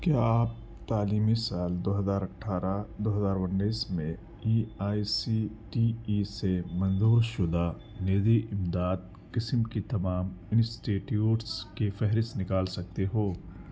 کیا آپ تعلیمی سال دو ہزار اٹھارہ دو ہزار انیس میں A I C T E سے منظور شدہ نجی امداد قسم کی تمام انسٹی ٹیوٹس کی فہرست نکال سکتے ہو